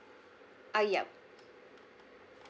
uh yup